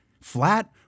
flat